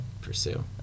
pursue